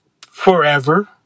forever